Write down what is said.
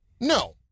No